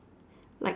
like